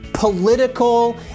political